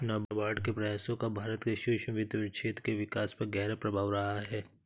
नाबार्ड के प्रयासों का भारत के सूक्ष्म वित्त क्षेत्र के विकास पर गहरा प्रभाव रहा है